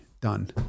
done